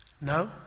No